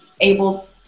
able